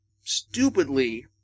stupidly